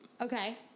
Okay